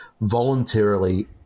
voluntarily